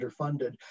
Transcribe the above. underfunded